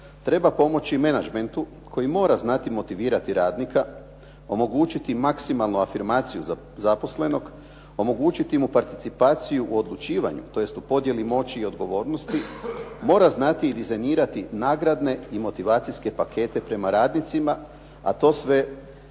treba pomoći menadžmentu koji mora znati motivirati radnika, omogućiti maksimalnu afirmacije zaposlenog, omogućiti mu participaciju u odlučivanju tj. u podjeli moći i odgovornosti. Mora znati i dizajnirati nagradne i motivacijske pakete prema radnicima, a to sve vraća